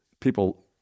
people